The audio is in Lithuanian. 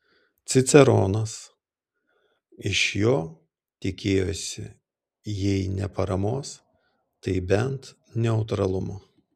ciceronas iš jo tikėjosi jei ne paramos tai bent neutralumo